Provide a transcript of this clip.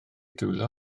dwylo